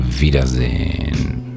Wiedersehen